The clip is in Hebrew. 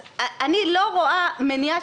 אז אני לא רואה מניעה.